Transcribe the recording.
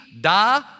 da